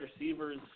receivers